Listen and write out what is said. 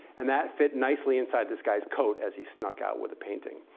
and that fit nicely inside this guy's coat as he sneaked out with the painting.